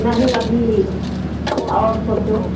नहीं अभी और सोचो